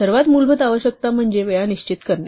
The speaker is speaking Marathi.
सर्वात मूलभूत आवश्यकता म्हणजे वेळा निश्चित करणे